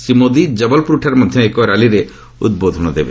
ଶ୍ରୀ ମୋଦି ଜବଲପ୍ରରଠାରେ ମଧ୍ୟ ଏକ ର୍ୟାଲିରେ ଉଦ୍ବୋଧନ ଦେବେ